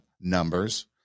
numbers